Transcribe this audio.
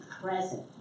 present